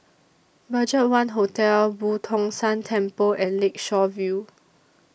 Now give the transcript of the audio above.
BudgetOne Hotel Boo Tong San Temple and Lakeshore View